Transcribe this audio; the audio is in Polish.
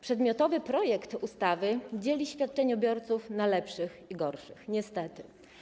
Przedmiotowy projekt ustawy dzieli świadczeniobiorców na lepszych i gorszych niestety.